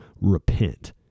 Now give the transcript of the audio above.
repent